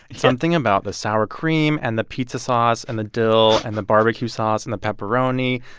something about the sour cream and the pizza sauce and the dill and the barbecue sauce and the pepperoni.